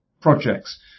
projects